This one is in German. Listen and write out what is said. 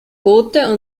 boote